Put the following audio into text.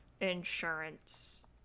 insurance